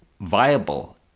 viable